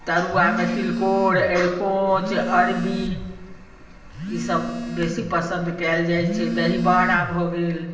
तरुआमे तिलकोर अरीकोँच अरबी ईसब बेसी पसन्द कएल जाइ छै दहीबाड़ा भऽ गेल